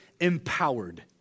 empowered